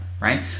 right